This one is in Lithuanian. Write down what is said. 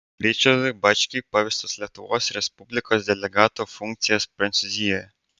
ričardui bačkiui pavestos lietuvos respublikos delegato funkcijas prancūzijoje